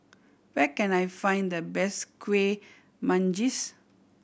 where can I find the best Kueh Manggis